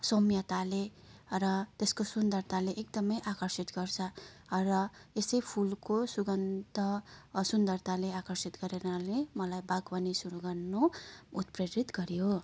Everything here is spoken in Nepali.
सौम्यताले र त्यसको सुन्दरताले एकदमै आकर्षित गर्छ र यस्तै फुलको सुगन्ध सुन्दरताले आकर्षित गर्नाले मलाई बागवानी सुरु गर्न उत्प्रेरित गर्यो